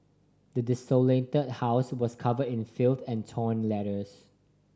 the desolated house was covered in filth and torn letters